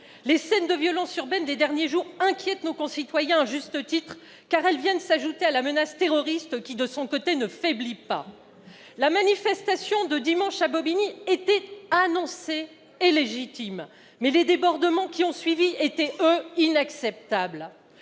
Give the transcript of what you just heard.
Les scènes de violences urbaines des derniers jours inquiètent nos concitoyens à juste titre, car elles viennent s'ajouter à la menace terroriste, qui, de son côté, ne faiblit pas. La manifestation de dimanche dernier à Bobigny était annoncée, et elle était légitime. Mais les débordements qui ont suivi étaient, eux, inacceptables.